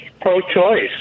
pro-choice